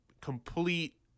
complete